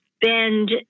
bend